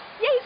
Yay